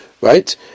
Right